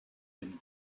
been